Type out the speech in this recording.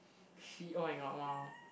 she [oh]-my-god !wow!